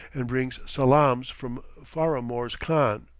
and brings salaams from faramorz khan.